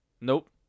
Nope